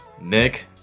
Nick